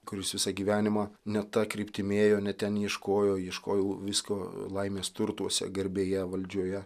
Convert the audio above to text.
kuris visą gyvenimą ne ta kryptimi ėjo ne ten ieškojo ieškojau visko laimės turtuose garbėje valdžioje